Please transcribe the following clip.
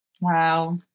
Wow